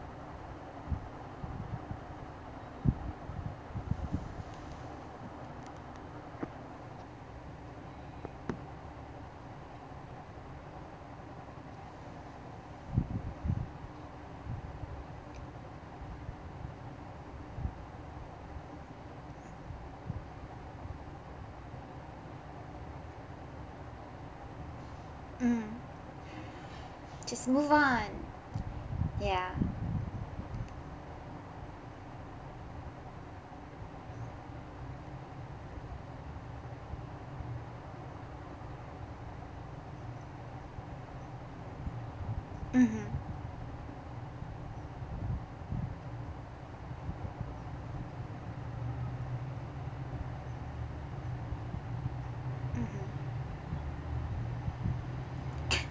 mm just move on ya mmhmm